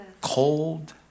cold